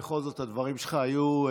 בכל זאת הדברים שלך היו,